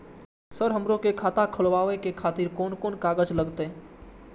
Sir हमरो के खाता खोलावे के खातिर कोन कोन कागज लागते?